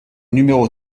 numéro